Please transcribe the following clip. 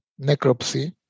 necropsy